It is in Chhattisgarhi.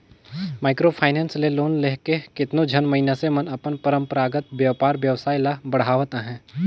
माइक्रो फायनेंस ले लोन लेके केतनो झन मइनसे मन अपन परंपरागत बयपार बेवसाय ल बढ़ावत अहें